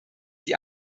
die